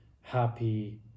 happy